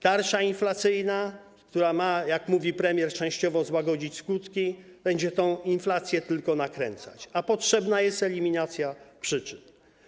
Tarcza inflacyjna, która ma, jak mówi premier, częściowo złagodzić skutki, będzie tę inflację tylko nakręcać, a potrzebna jest eliminacja przyczyn.